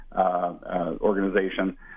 organization